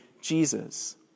Jesus